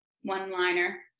one-liner